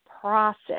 process